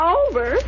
over